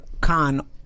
Khan